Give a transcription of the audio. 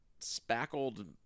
spackled